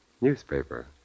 newspaper